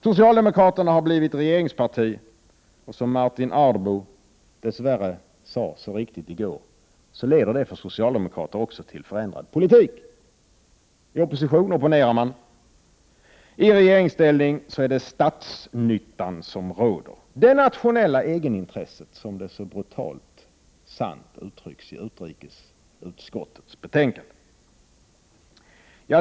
Socialdemokraterna har blivit regeringsparti, och som Martin Ardbo sade i går — så riktigt, dess värre — leder det för socialdemokrater också till förändrad politik. I opposition opponerar man, i regeringsställning är det statsnyttan som råder — ”det nationella egenintresset”, som det så brutalt sant uttrycks i utrikesutskottets betänkande.